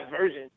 version